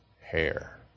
hair